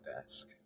desk